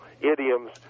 idioms